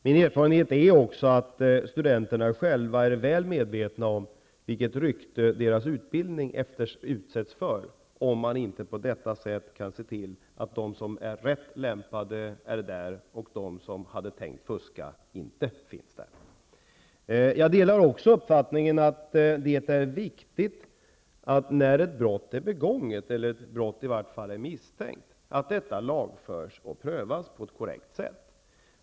Min erfarenhet är också att studenterna själva är väl medvetna om vilket rykte deras utbildning utsätts för, om man inte kan se till att de som är rätt lämpade är där och att de som hade tänkt fuska inte finns där. Jag delar också uppfattningen att det är viktigt, när ett brott är begånget eller i vart fall är misstänkt, att detta lagförs och prövas på ett korrekt sätt.